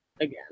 again